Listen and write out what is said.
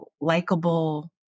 likable